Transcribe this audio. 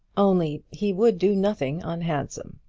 only he would do nothing unhandsome.